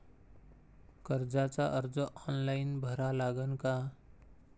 कर्जाचा अर्ज ऑनलाईन भरा लागन का?